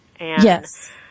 Yes